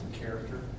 character